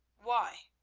why?